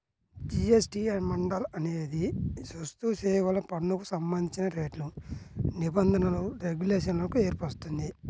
GST మండలి అనేది వస్తుసేవల పన్నుకు సంబంధించిన రేట్లు, నిబంధనలు, రెగ్యులేషన్లను ఏర్పరుస్తుంది